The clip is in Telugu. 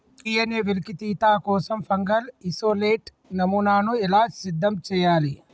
డి.ఎన్.ఎ వెలికితీత కోసం ఫంగల్ ఇసోలేట్ నమూనాను ఎలా సిద్ధం చెయ్యాలి?